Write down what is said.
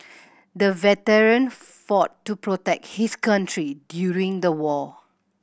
the veteran fought to protect his country during the war